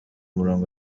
murongo